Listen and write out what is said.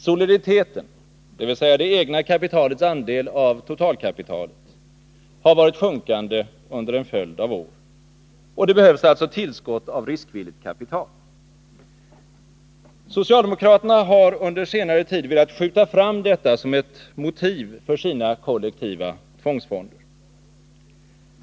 Soliditeten, dvs. det egna kapitalets andel av totalkapitalet, har varit sjunkande under en följd av år, och det behövs alltså tillskott av riskvilligt kapital. Socialdemokraterna har under senare tid velat skjuta fram detta som ett motiv för sina kollektiva tvångsfonder.